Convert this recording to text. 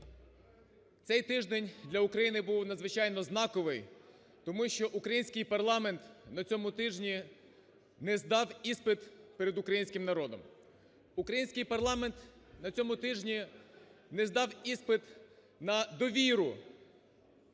Цей тиждень для України був надзвичайно знаковий, тому що український парламент на цьому тижні не здав іспит перед українським народом. Український парламент на цьому тижні не здав іспит на довіру